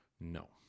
No